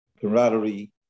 camaraderie